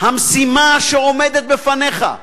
המשימות שעומדות בפניך,